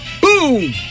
Boom